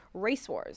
RACEWARS